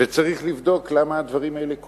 וצריך לבדוק למה הדברים האלה קורים.